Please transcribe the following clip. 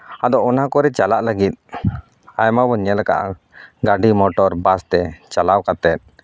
ᱟᱫᱚ ᱚᱱᱟ ᱠᱚᱨᱮ ᱪᱟᱞᱟᱜ ᱞᱟᱹᱜᱤᱫ ᱟᱭᱢᱟ ᱵᱚᱱ ᱧᱮᱞ ᱟᱠᱟᱫᱟ ᱜᱟᱹᱰᱤ ᱢᱚᱴᱚᱨ ᱵᱟᱥ ᱛᱮ ᱪᱟᱞᱟᱣ ᱠᱟᱛᱮᱫ